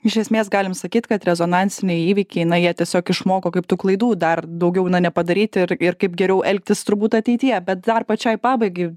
iš esmės galim sakyt kad rezonansiniai įvykiai na jie tiesiog išmoko kaip tų klaidų dar daugiau nepadaryti ir ir kaip geriau elgtis turbūt ateityje bet dar pačiai pabaigai